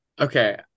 okay